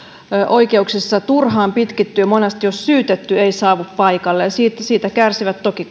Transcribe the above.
oikeuksissa turhaan pitkittyy monasti jos syytetty ei saavu paikalle ja siitä kärsivät toki